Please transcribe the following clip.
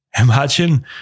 Imagine